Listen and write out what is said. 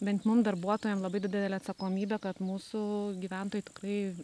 bent mum darbuotojam labai didelė atsakomybė kad mūsų gyventojų tikrai